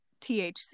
THC